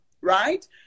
right